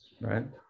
right